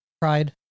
pride